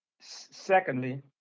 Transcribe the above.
secondly